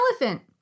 elephant